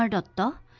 um da da